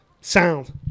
Sound